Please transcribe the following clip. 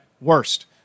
Worst